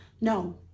No